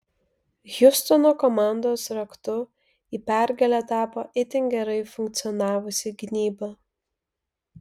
hjustono komandos raktu į pergalę tapo itin gerai funkcionavusi gynyba